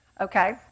Okay